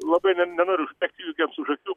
labai ne nenoriu užbėgti įvykiams už akių